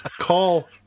Call